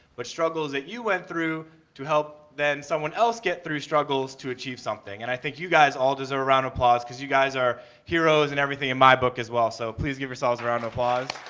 but struggles that you went through to help then someone else get through struggles to achieve something. and i think you guys all deserve a round of applause because you guys are heroes and everything in my book as well, so please give yourselves a round of applause.